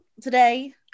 today